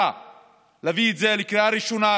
ותביא את זה לקריאה ראשונה,